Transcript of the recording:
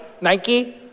Nike